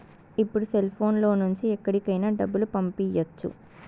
ఇప్పుడు సెల్ఫోన్ లో నుంచి ఎక్కడికైనా డబ్బులు పంపియ్యచ్చు